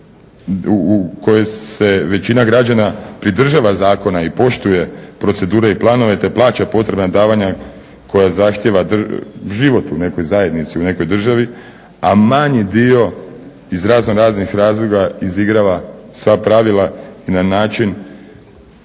u kojoj se većina građana pridržava zakona i poštuje procedura i planove, te plaća potrebna davanja koja zahtijeva život u nekoj zajednici, u nekoj državi, a manji dio iz razno raznih razloga izigrava sva pravila i na način